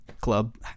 club